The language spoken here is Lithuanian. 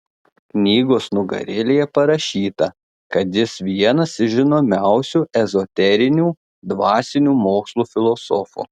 knygos nugarėlėje parašyta kad jis vienas iš žinomiausių ezoterinių dvasinių mokslų filosofų